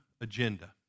agenda